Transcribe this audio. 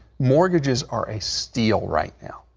mortgages are a steal right now.